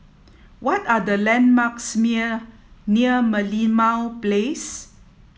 what are the landmarks near Merlimau Place